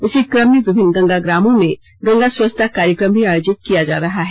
इसी क्रम में विभिन्न गंगा ग्रामों में गंगा स्वच्छता कार्यक्रम भी आयोजित किया जा रहा है